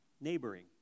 neighboring